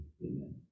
Amen